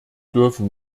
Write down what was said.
dürfen